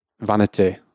vanity